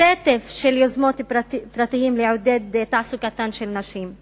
שטף של יוזמות פרטיות לעודד תעסוקתן של נשים.